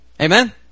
Amen